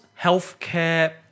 healthcare